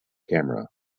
camera